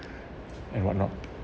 and what not